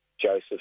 Joseph